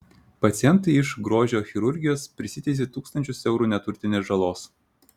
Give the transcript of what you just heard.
pacientai iš grožio chirurgijos prisiteisė tūkstančius eurų neturtinės žalos